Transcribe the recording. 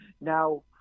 Now